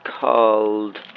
called